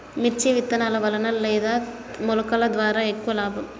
మిర్చి విత్తనాల వలన లేదా మొలకల ద్వారా ఎక్కువ లాభం?